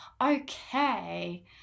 okay